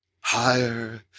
higher